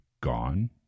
gone